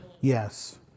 Yes